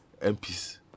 MPs